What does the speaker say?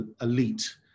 elite